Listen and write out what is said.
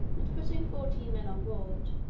and putting fourteen men on board,